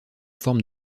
forme